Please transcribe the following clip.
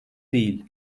değil